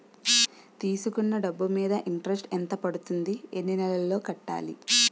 తీసుకున్న డబ్బు మీద ఇంట్రెస్ట్ ఎంత పడుతుంది? ఎన్ని నెలలో కట్టాలి?